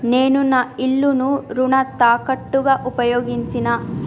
నేను నా ఇల్లును రుణ తాకట్టుగా ఉపయోగించినా